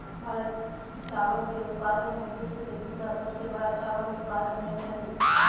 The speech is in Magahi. भारत चावल के उत्पादन में विश्व के दूसरा सबसे बड़ा चावल उत्पादक देश हइ